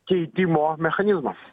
keitimo mechanizmą